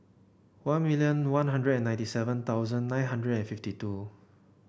one million One Hundred ninety seven thousand nine hundred and fifty two